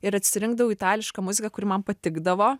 ir atsirinkdavau itališką muziką kuri man patikdavo